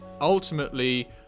ultimately